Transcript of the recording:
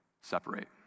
separate